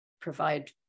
provide